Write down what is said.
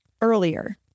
earlier